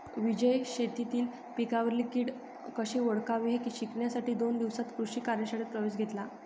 विजयने शेतीतील पिकांवरील कीड कशी ओळखावी हे शिकण्यासाठी दोन दिवसांच्या कृषी कार्यशाळेत प्रवेश घेतला